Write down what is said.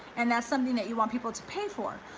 and that's something that you want people to pay for.